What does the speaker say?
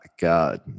God